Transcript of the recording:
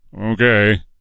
okay